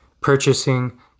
purchasing